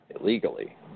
illegally